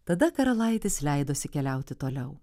tada karalaitis leidosi keliauti toliau